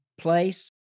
place